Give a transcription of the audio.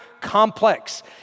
complex